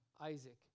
Isaac